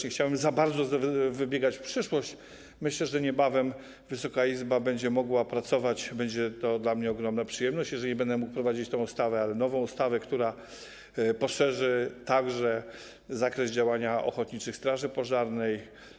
Nie chciałbym za bardzo wybiegać w przyszłość, ale myślę, że niebawem Wysoka Izba będzie mogła pracować - będzie to dla mnie ogromna przyjemność, jeżeli będę mógł prowadzić tę ustawę - nad nową ustawą, która poszerzy także zakres działania ochotniczych straży pożarnych.